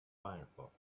firefox